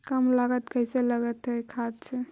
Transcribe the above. कम लागत कैसे लगतय खाद से?